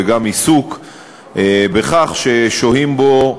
וגם עיסוק בנוגע לכך ששוהים בו,